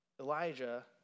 Elijah